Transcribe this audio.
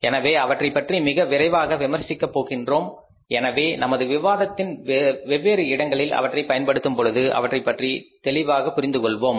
எனவே அவற்றைப் பற்றி மிக விரைவாக விமர்சிக்க போகின்றோம் எனவே நமது விவாதத்தின் வெவ்வேறு இடங்களில் அவற்றை பயன்படுத்தும்பொழுது அவற்றைப் பற்றி தெளிவாக புரிந்து கொள்வோம்